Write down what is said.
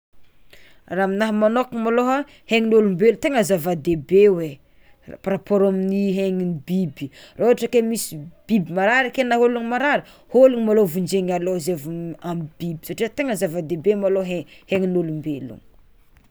Raha aminaha magnokana malôha haign'olombelo tegna zavadehibe oe par rapport amin'ny haign'ny biby, raha ôhatra ka hoe misy biby marary ake na ologno marary ologno malôha vonjegny aloha zay vao amy biby satria tegna zavadehibe malôha haign'olombelogno.